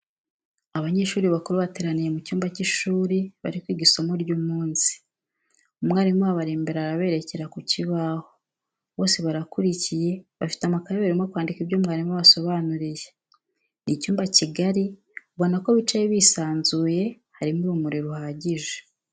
Abanyeshuri bakuru bateraniye mu cyumba cy'ishuri bari kwiga isomo ry'umunsi, umwalimu wabo ari imbere arabereka ku kibaho, bose barakurikiye bafite amakaye barimo kwandika ibyo umwalimu abasobanuriye. Ni icyumba kigari ubona ko bicaye bisanzuye, harimo urumuri ruhagije.